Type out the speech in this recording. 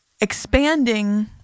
expanding